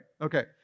Okay